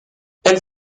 elle